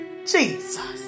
Jesus